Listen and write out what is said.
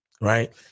Right